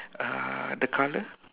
uh the color